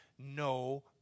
No